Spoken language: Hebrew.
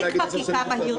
הליך חקיקה מהיר